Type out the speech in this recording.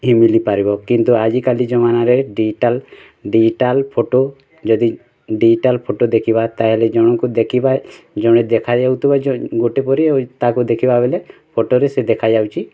ଏ ମିଳି ପାରିବ କିନ୍ତୁ ଆଜିକାଲି ଜମାନାରେ ଡିଜିଟାଲ୍ ଜିଜିଟାଲ୍ ଫଟୋ ଯଦି ଜିଜିଟାଲ୍ ଫଟୋ ଦେଖିବା ତାହାଲେ ଜଣଙ୍କୁ ଦେଖିବା ଜଣେ ଦେଖା ଯାଉଥିବ ଗୋଟେ ପରି ତାକୁ ଦେଖିବା ବେଲେ ଫଟୋରେ ସେ ଦେଖାଯାଉଛି